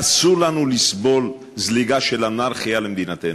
אסור לנו לסבול זליגה של אנרכיה למדינתנו.